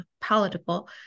palatable